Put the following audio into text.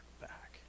back